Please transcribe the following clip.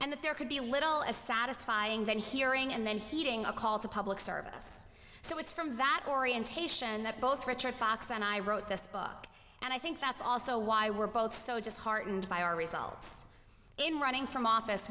and that there could be a little as satisfying that hearing and then heeding a call to public service so it's from that orientation that both richard fox and i wrote this book and i think that's also why we're both so just heartened by our results in running for office